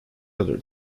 other